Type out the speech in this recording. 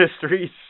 histories